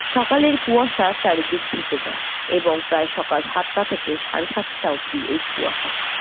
সকালের কুয়াশা চারিদিক ঢেকে যায় এবং প্রায় সকাল সাতটা থেকে সাড়ে সাতটা অবধি এই কুয়াশা থাকে